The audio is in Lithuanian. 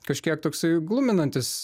kažkiek toksai gluminantis